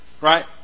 Right